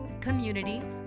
community